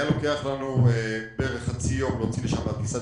היה לוקח לנו בערך חצי יום להוציא לשם טיסת